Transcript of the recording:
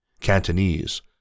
Cantonese